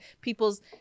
people's